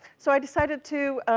so i decided to,